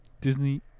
Disney